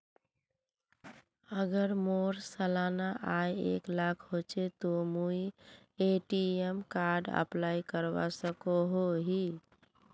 अगर मोर सालाना आय एक लाख होचे ते मुई ए.टी.एम कार्ड अप्लाई करवा सकोहो ही?